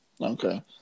okay